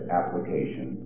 application